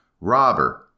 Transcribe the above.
robber